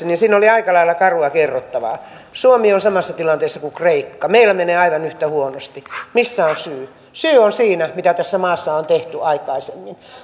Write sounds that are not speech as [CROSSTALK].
[UNINTELLIGIBLE] niin siinä oli aika lailla karua kerrottavaa suomi on samassa tilanteessa kuin kreikka meillä menee aivan yhtä huonosti missä on syy syy on siinä mitä tässä maassa on tehty aikaisemmin